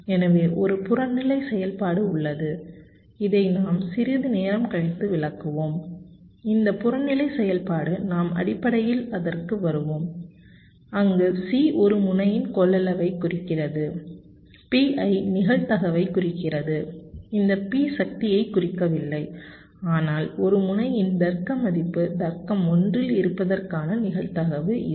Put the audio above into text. எனவே ஒரு புறநிலை செயல்பாடு உள்ளது இதை நாம் சிறிது நேரம் கழித்து விளக்குவோம் இந்த புறநிலை செயல்பாடு நாம் அடிப்படையில் அதற்கு வருவோம் அங்கு C ஒரு முனையின் கொள்ளளவைக் குறிக்கிறது Pi நிகழ்தகவைக் குறிக்கிறது இந்த P சக்தியைக் குறிக்கவில்லை ஆனால் ஒரு முனையின் தர்க்க மதிப்பு தர்க்கம் 1 இல் இருப்பதற்கான நிகழ்தகவு இது